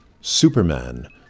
Superman